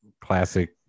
classic